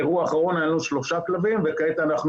באירוע האחרון היו לנו שלושה כלבים וכעת אנחנו